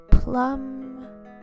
Plum